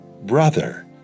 brother